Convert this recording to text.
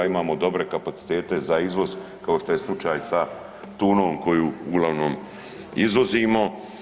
Imamo dobre kapacitete za izvoz kao što je slučaj sa tunom koju uglavnom izvozimo.